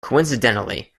coincidentally